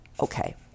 okay